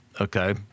okay